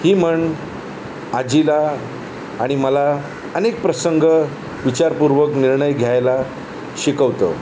ही म्हण आजीला आणि मला अनेक प्रसंग विचारपूर्वक निर्णय घ्यायला शिकवतं